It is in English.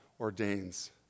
Ordains